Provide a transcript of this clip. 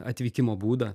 atvykimo būdą